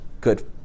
good